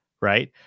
Right